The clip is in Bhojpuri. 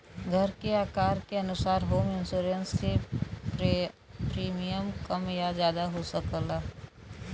घर के आकार के अनुसार होम इंश्योरेंस क प्रीमियम कम या जादा हो सकला